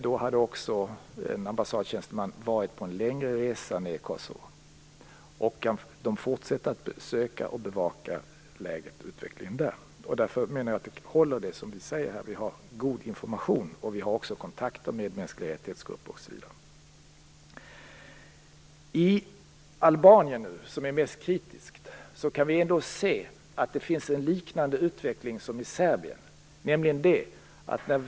Då hade också en ambassadtjänsteman varit på en längre resa i Kosovo. De fortsätter att bevaka läget och utvecklingen där. Därför håller det som vi säger, att vi har god information och att vi har kontakter med människorättsgrupper osv. I Albanien, som är mest kritiskt, kan vi ändå se att det är en liknande utveckling som i Serbien.